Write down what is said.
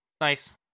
Nice